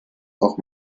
auch